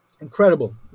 incredible